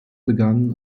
begann